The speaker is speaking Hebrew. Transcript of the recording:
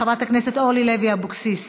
חברת הכנסת אורלי לוי אבקסיס,